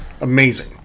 amazing